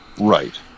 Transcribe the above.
Right